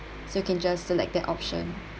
so you can just select that option